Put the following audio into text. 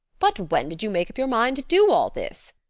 but when did you make up your mind to all this?